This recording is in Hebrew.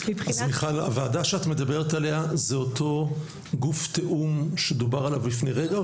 הוועדה שאת מדברת עליה זה אותו גוף תאום שתואר לפני רגע?